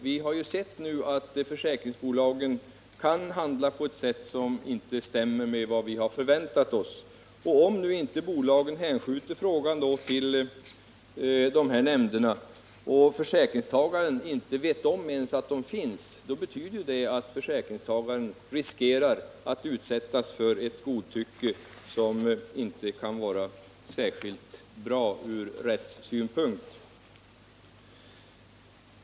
Vi har ju sett att försäkringsbolagen kan handla på ett sätt som inte Nr 35 överensstämmer med vad vi har förväntat oss. Om bolaget inte hänskjuter frågan till dessa nämnder — och om försäkringstagaren inte ens känner till att de finns — betyder det ju att försäkringstagaren riskerar att utsättas för försäkringsbolagets godtycke, vilket inte kan vara särskilt bra från rättssynpunkt.